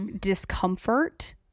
discomfort